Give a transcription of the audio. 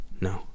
no